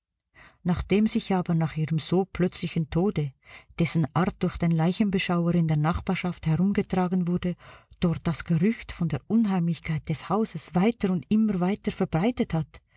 nachdem sich aber nach ihrem so plötzlichen tode dessen art durch den leichenbeschauer in der nachbarschaft herumgetragen wurde dort das gerücht von der unheimlichkeit des hauses weiter und immer weiter verbreitet hat